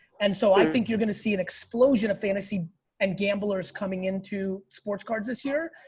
and so i think you're gonna see an explosion fantasy and gamblers coming into sports cards this year.